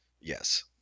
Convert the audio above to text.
Yes